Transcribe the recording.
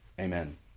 amen